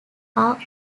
are